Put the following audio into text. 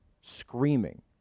screaming